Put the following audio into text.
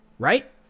Right